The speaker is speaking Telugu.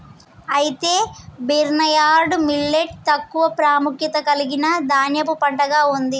అయితే బిర్న్యర్డ్ మిల్లేట్ తక్కువ ప్రాముఖ్యత కలిగిన ధాన్యపు పంటగా ఉంది